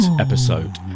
episode